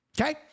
okay